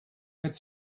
had